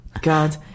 God